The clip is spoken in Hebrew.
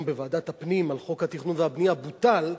בוועדת הפנים על חוק התכנון והבנייה בוטל,